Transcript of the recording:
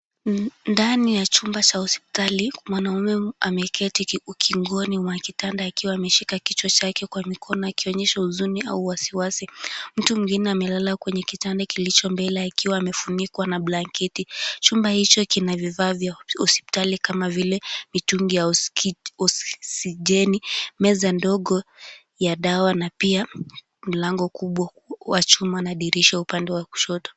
Ndani ya chumba cha hospitali, mwanaume ameketi ukingoni mwa kitanda akiwa ameshika kichwa chake kwa mikono akionyesha huzuni au wasiwasi. Mtu mwingine amelala kwenye kitanda kilicho mbele akiwa amefunikwa na blanketi. Chumba hicho kina vifaa vya hospitali kama vile mitungi ya oksijeni, meza ndogo ya dawa na pia mlango kubwa wa chuma na dirisha upande wa kushoto.